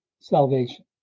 salvation